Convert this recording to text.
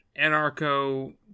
anarcho